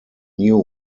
new